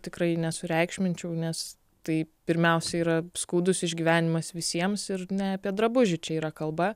tikrai nesureikšminčiau nes tai pirmiausia yra skaudus išgyvenimas visiems ir ne apie drabužį čia yra kalba